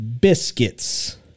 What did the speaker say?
biscuits